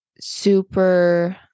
super